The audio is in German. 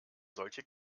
solche